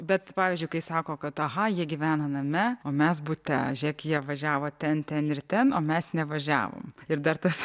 bet pavyzdžiui kai sako kad aha jie gyvena name o mes bute žiūrėk jie važiavo ten ten ir ten o mes nevažiavom ir dar tas